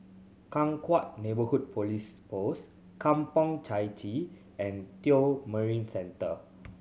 Changkat Neighbourhood Police Post Kampong Chai Chee and Tio Marine Centre